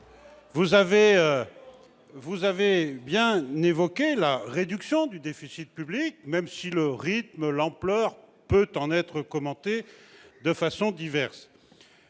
Vous avez bien rappelé la réduction du déficit public, même si le rythme et l'ampleur peuvent en être commentés de façon diverse.